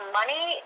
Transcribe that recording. money